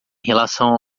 relação